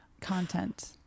content